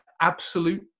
absolute